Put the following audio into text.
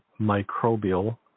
microbial